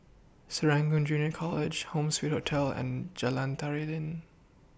Serangoon Junior College Home Suite Hotel and Jalan Tari Lilin